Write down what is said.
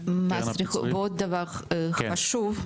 ועוד דבר חשוב,